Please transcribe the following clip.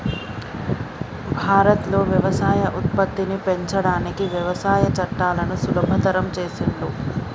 భారత్ లో వ్యవసాయ ఉత్పత్తిని పెంచడానికి వ్యవసాయ చట్టాలను సులభతరం చేసిండ్లు